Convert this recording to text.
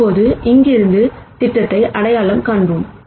இப்போது இங்கிருந்து திட்டத்தை அடையாளம் காண்போம்